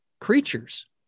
creatures